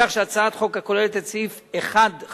כך שהצעת חוק הכוללת את סעיף 1(5)